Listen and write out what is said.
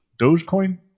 Dogecoin